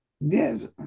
Yes